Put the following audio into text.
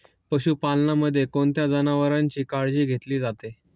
पशुपालनामध्ये कोणत्या जनावरांची काळजी घेतली जाते?